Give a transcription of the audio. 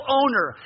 owner